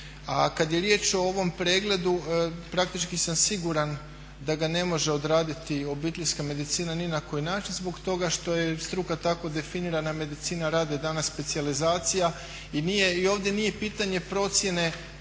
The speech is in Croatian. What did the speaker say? kada je riječ o ovom pregledu praktički sam siguran da ga ne može odraditi obiteljska medicina ni na koji način zbog toga što je struka tako definirana, medicina rada je danas specijalizacija. I ovdje nije pitanje procjene